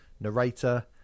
Narrator